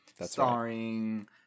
Starring